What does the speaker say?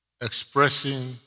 Expressing